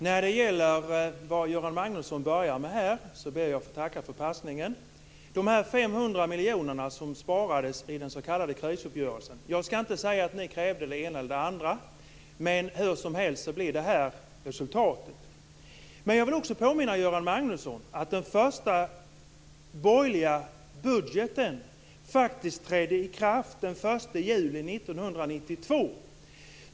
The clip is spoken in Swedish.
Fru talman! När det gäller Göran Magnussons inledning ber jag att få tacka för passningen. Jag skall inte säga att ni krävde det ena eller det andra, men hur som helst blir det här resultatet. Men jag vill också påminna Göran Magnusson om att den första borgerliga budgeten faktiskt trädde i kraft den 1 juli 1992.